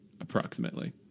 Approximately